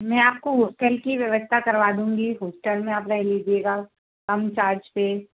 मैं आपको हॉस्टल की व्यवस्था करवा दूँगी हॉस्टल में आप रह लीजिएगा कम चार्ज पर